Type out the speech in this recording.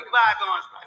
bygones